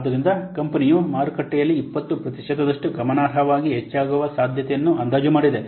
ಆದ್ದರಿಂದ ಕಂಪನಿಯು ಮಾರುಕಟ್ಟೆಯಲ್ಲಿ 20 ಪ್ರತಿಶತದಷ್ಟು ಗಮನಾರ್ಹವಾಗಿ ಹೆಚ್ಚಾಗುವ ಸಾಧ್ಯತೆಯನ್ನು ಅಂದಾಜು ಮಾಡಿದೆ